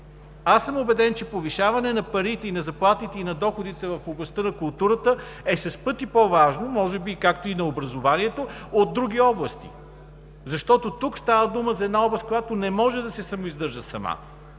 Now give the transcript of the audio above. Аз съм убеден, че повишаването на парите, на заплатите и на доходите в областта на културата е с пъти по-важно – може би както и на образованието, от други области. Защото тук става дума за една област, която не може да се самоиздържа сама.